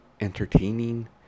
entertaining